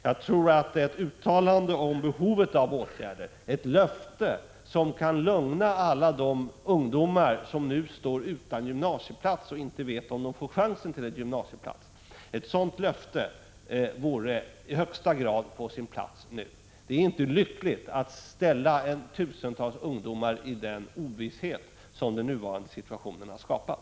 Jag tror att ett uttalande om behovet av åtgärder, ett löfte som kan lugna alla de ungdomar som nu står utan gymnasieplats — och inte vet om de får chansen till en gymnasieplats — vore i högsta grad på sin plats nu. Det är inte lyckligt att ställa tusentals ungdomar inför den ovisshet som den nuvarande situationen har skapat.